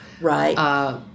Right